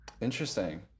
Interesting